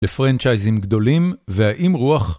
לפרנצ'ייזים גדולים והאם רוח.